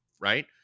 right